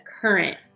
current